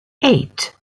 eight